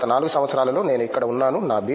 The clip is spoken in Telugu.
గత 4 సంవత్సరాలలో నేను ఇక్కడ ఉన్నాను నా బి